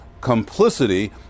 complicity